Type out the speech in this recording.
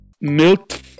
milk